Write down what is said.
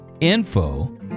Info